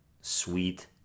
sweet